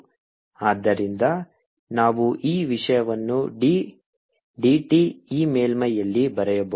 ಆದ್ದರಿಂದ ನಾವು ಈ ವಿಷಯವನ್ನು d dt ಈ ಮೇಲ್ಮೈಯಲ್ಲಿ ಬರೆಯಬಹುದು